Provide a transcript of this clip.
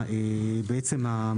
לעצמה,